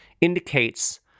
indicates